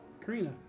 Karina